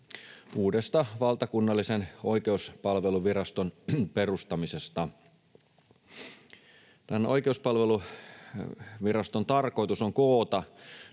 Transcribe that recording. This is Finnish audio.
uuden valtakunnallisen Oikeuspalveluviraston perustamisesta. Tämän Oikeuspalveluviraston tarkoitus on koota